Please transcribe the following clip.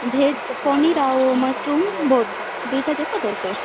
veg paneer ଆଉ mushroom both ଦୁଇଟା ଯାକ ଦରକାର